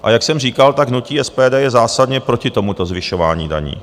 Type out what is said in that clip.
A jak jsem říkal, tak hnutí SPD je zásadně proti tomuto zvyšování daní.